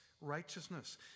righteousness